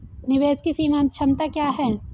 निवेश की सीमांत क्षमता क्या है?